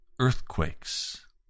Earthquakes